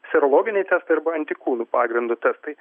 serologiniai testai arba antikūnų pagrindu testai